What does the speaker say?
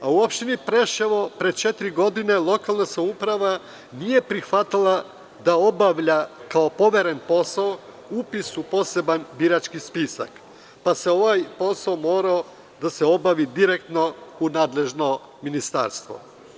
U Opštini Preševo, pre četiri godine, lokalna samouprava nije prihvatala da obavlja, kao poveren posao, upis u poseban birački spisak, pa je ovaj posao morao da se obavi direktno u nadležnom ministarstvu.